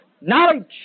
knowledge